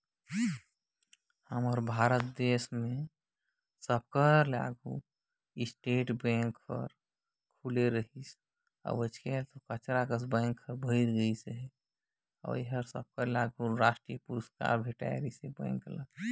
भारतीय state bank हर भारत कर पहिल रास्टीयकृत बेंक बने रहिस